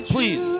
Please